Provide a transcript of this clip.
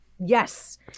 yes